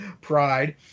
pride